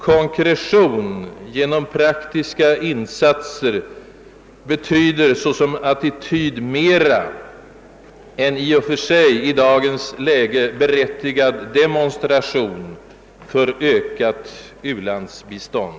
Konkretion genom praktiska insatser betyder såsom attityd mer än i dagens läge i och för sig högst berättigad demonstration för ökat u-landsbistånd.